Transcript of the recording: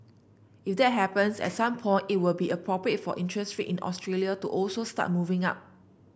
if that happens at some point it will be appropriate for interest rate in Australia to also start moving up